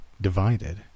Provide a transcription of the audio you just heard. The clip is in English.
divided